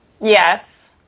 Yes